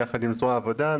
יחד עם זרוע העבודה.